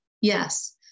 yes